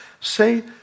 Say